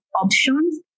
options